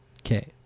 Okay